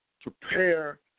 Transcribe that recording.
prepare